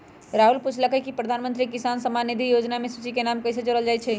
राहुल पूछलकई कि प्रधानमंत्री किसान सम्मान निधि योजना के सूची में नाम कईसे जोरल जाई छई